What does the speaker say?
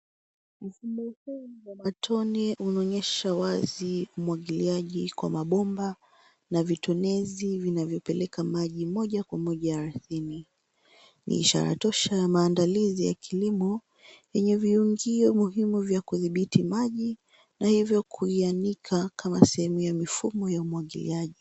Mfumo huu wa matone unaonyesha wazi umwagiliaji kwa mabomba na vitonezi vinavyopeleka maji, moja kwa moja ardhini. Ni ishara tosha ya maandalizi ya kilimo yenye viungio muhimu ya kudhibiti maji na hivyo kuianika kama sehemu ya mifumo ya umwagiliaji.